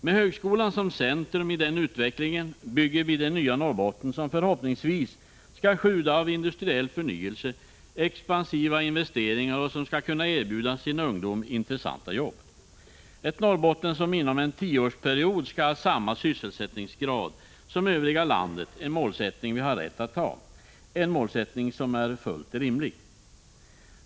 Med högskolan som centrum i den utvecklingen bygger vi det nya Norrbotten som förhoppningsvis skall sjuda av industriell förnyelse och expansiva investeringar och som skall kunna erbjuda sin ungdom intressanta jobb — ett Norrbotten som inom en tioårsperiod skall ha samma sysselsättningsgrad som övriga landet. Det är en målsättning som vi har rätt att ha, en målsättning som är fullt rimlig.